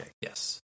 Yes